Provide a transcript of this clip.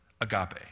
agape